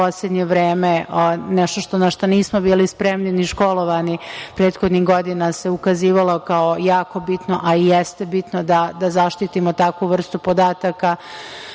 nešto na šta nismo bili spremni, ni školovani. Prethodnih godina se ukazivalo kao jako bitno, a i jeste bitno da zaštitimo takvu vrstu podataka. Hvala